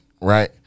Right